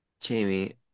Jamie